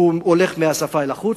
הולך מהשפה אל החוץ.